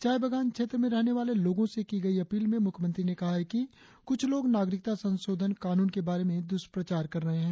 चाय बागान क्षेत्र में रहने वाले लोगों से की गई अपील में मुख्यमंत्री ने कहा है कि कुछ लोग नागरिकता संशोधन कानून के बारे में द्वष्प्रचार कर रहे हैं